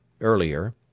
earlier